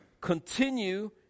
continue